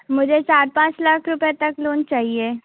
मुझे चार पाँच लाख रुपये तक लोन चाहिए